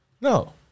No